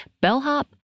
bellhop